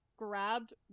grabbed